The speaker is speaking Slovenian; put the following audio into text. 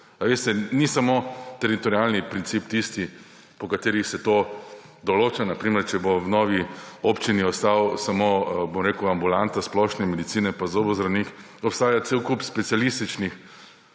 Ni samo teritorialni princip tisti, po katerem se to določa, na primer če bo v novi občini ostala samo ambulanta splošne medicine pa zobozdravnik. Obstaja cel kup specialističnih